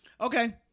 Okay